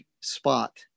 spot